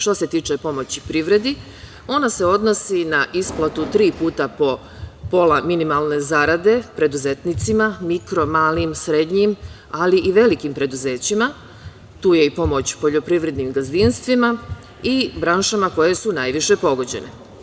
Što se tiče pomoći privredi, ona se odnosi na isplatu tri puta po pola minimalne zarade preduzetnicima, mikro-malim, srednjim, ali i velikim preduzećima, tu je i pomoć poljoprivrednim gazdinstvima i branšama koje su najviše pogođene.